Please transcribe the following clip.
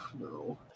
no